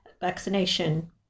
vaccination